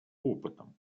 опытом